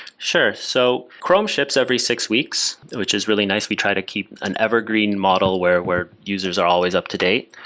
sure. so chrome ships every six weeks, which is really nice. we try to keep an evergreen model where where users always up to date.